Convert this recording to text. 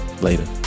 later